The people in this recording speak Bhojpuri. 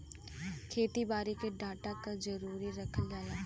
खेती बारी के डाटा क जानकारी रखल जाला